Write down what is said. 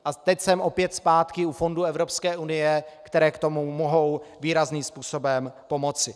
A teď jsem opět zpátky u fondů Evropské unie, které k tomu mohou výrazným způsobem pomoci.